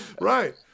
Right